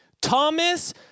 Thomas